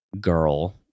girl